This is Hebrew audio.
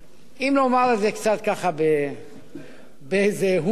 אם לומר את זה קצת באיזה הומור,